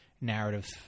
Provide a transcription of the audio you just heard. narrative